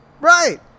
Right